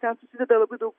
ten susideda labai daug